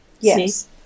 yes